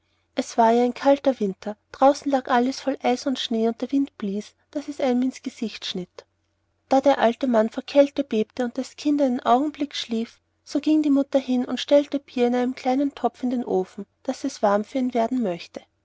es war ja ein kalter winter draußen lag alles voll eis und schnee und der wind blies daß es einem ins gesicht schnitt da der alte mann vor kälte bebte und das kind einen augenblick schlief so ging die mutter hin und stellte bier in einem kleinen topf in den ofen daß es warm für ihn werden möchte